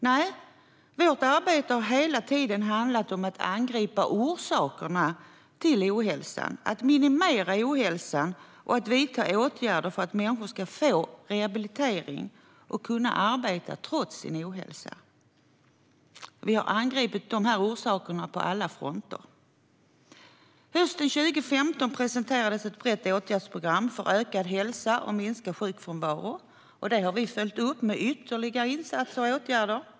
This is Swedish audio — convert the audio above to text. Nej, vårt arbete har hela tiden handlat om att angripa orsakerna till ohälsan, att minimera ohälsan och att vidta åtgärder för att människor ska få rehabilitering och kunna arbeta trots sin ohälsa. Vi har angripit orsakerna på alla fronter. Hösten 2015 presenterades ett brett åtgärdsprogram för ökad hälsa och minskad sjukfrånvaro. Detta har vi följt upp med ytterligare insatser och åtgärder.